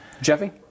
Jeffy